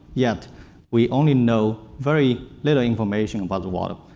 yet we only know very little information about the water.